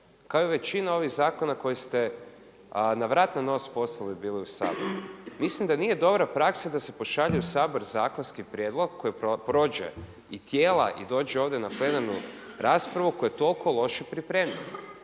kao i većina ovih zakona koje ste „na vrat na nos“ poslali bili u Sabor. Mislim da nije dobra praksa da se pošalje u Sabor zakonski prijedlog koji prođe i tijela i dođe ovdje na plenarnu raspravu koji je toliko loše pripremljen.